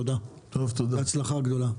תודה ובהצלחה גדולה.